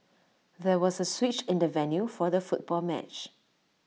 there was A switch in the venue for the football match